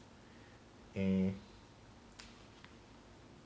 err